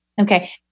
Okay